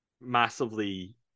massively